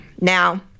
Now